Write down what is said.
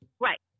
Right